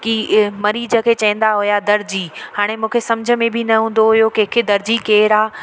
कि मरीज़ खे चवंदा हुआ दर्जी हाणे मूंखे सम्झ में बि न हूंदो हुओ की कंहिंखे दर्जी केरु आहे